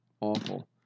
awful